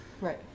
right